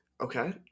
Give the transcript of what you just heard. Okay